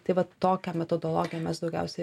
tai vat tokią metodologiją mes daugiausiai